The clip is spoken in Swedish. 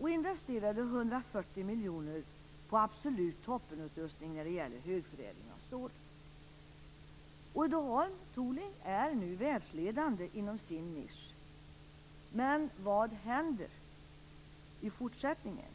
och investerade 140 miljoner på absolut topputrustning när det gäller högförädling av stål. Uddeholm Tooling är nu världsledande inom sin nisch - men vad händer i fortsättningen?